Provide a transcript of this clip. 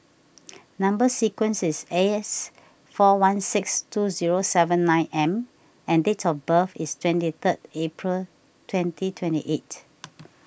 Number Sequence is S four one six two zero seven nine M and date of birth is twenty third April twenty twenty eight